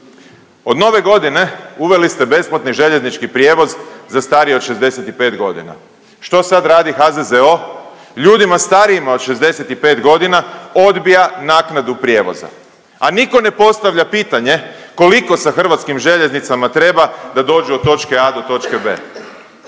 Od nove godine uveli ste besplatni željeznički prijevoz za starije od 65 godina. Što sad radi HZZO? Ljudima starijima od 65 odbija naknadu prijevoza, a niko ne postavlja pitanje koliko sa HŽ-om treba da dođu od točke A do točke B,